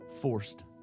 forced